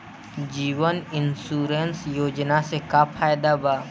जीवन insurance योजना से का फायदा बा?